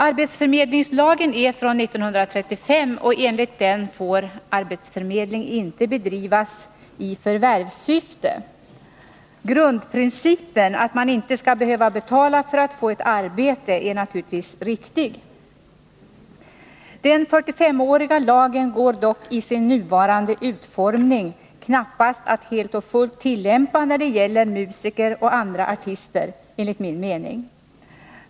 Arbetsförmedlingslagen är från 1935, och enligt den får arbetsförmedling inte bedrivas i förvärvssyfte. Grundprincipen — att man inte skall behöva betala för att få ett arbete — är naturligtvis riktig. Den 45-åriga lagen går dock i sin nuvarande utformning knappast att helt och fullt tillämpa när det gäller musiker och andra artister, enligt min mening.